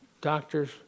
doctors